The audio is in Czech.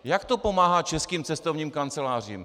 Jak to pomáhá českým cestovním kancelářím?